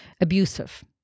abusive